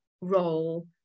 role